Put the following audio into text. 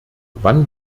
wann